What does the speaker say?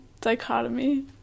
dichotomy